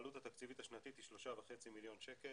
העלות התקציבית השנתית היא 3.5 מיליון שקל,